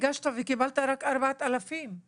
הגשת וקיבלת רק 4,000 שקלים.